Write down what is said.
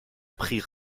pris